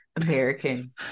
American